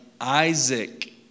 Isaac